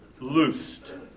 loosed